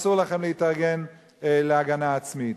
אסור לכם להתארגן להגנה עצמית.